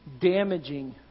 damaging